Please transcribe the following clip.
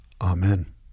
Amen